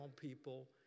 people